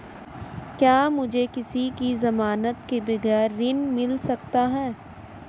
क्या मुझे किसी की ज़मानत के बगैर ऋण मिल सकता है?